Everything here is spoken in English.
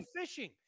fishing